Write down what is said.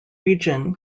region